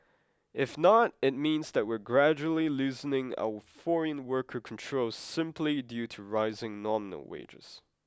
if not it means that we are gradually loosening our foreign worker controls simply due to rising nominal wages